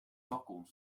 balkon